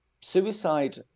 suicide